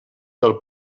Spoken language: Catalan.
del